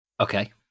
Okay